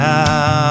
Now